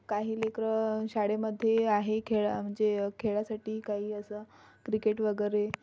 काही लेकरं शाळेमध्ये आहे खेळा म्हणजे खेळासाठी काही असं क्रिकेट वगैरे